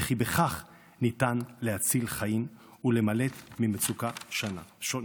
וכי בכך ניתן להציל חיים ולמלט ממצוקה קשה.